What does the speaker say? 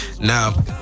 Now